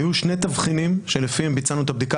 היו שני תבחינים, שלפיהם ביצענו את הבדיקה.